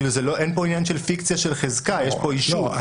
אין פה עניין של פיקציה של חזקה, יש פה אישור.